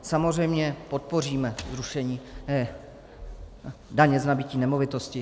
Samozřejmě podpoříme zrušení té daně z nabytí nemovitosti.